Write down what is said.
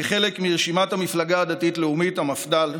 כחלק מרשימת המפלגה הדתית-לאומית המפד"ל,